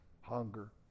hunger